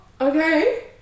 Okay